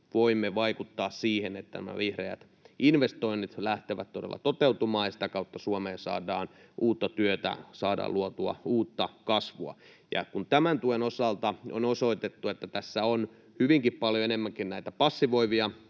voimme vaikuttaa siihen, että nämä vihreät investoinnit lähtevät todella toteutumaan ja sitä kautta Suomeen saadaan uutta työtä, saadaan luotua uutta kasvua. Kun tämän tuen osalta on osoitettu, että tässä on hyvin paljon enemmänkin näitä passivoivia